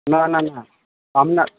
না না না আপনার